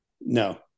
no